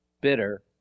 bitter